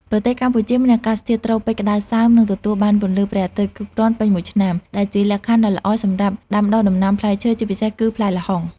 ប្រទេសកម្ពុជាមានអាកាសធាតុត្រូពិចក្តៅសើម និងទទួលបានពន្លឺព្រះអាទិត្យគ្រប់គ្រាន់ពេញមួយឆ្នាំ ដែលជាលក្ខខណ្ឌដ៏ល្អសម្រាប់ដាំដុះដំណាំផ្លែឈើ ជាពិសេសគឺផ្លែល្ហុង។